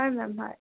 হয় মেম হয়